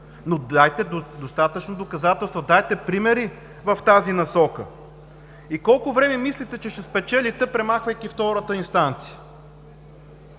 но дайте достатъчно доказателства, дайте примери в тази насока. И колко време мислите, че ще спечелите, премахвайки втората инстанция?